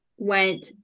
Went